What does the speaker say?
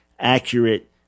accurate